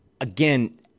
Again